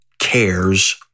cares